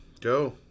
Go